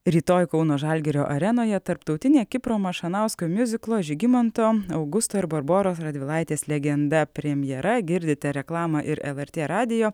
rytoj kauno žalgirio arenoje tarptautinė kipro mašanausko miuziklo žygimanto augusto ir barboros radvilaitės legenda premjera girdite reklamą ir lrt radijo